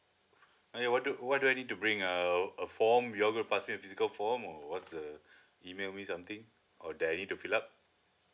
I need what do what do I need to bring uh a form you're gonna pass me a physical form or what's the email me something or do I need to fill up